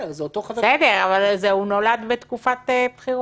בגלל שהוראת שעה בחוק-יסוד זה דבר פחות טוב.